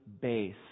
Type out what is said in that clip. base